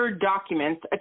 documents